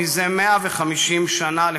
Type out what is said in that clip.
זה 150 שנה לפחות.